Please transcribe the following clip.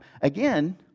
again